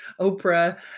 Oprah